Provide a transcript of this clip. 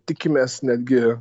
tikimės netgi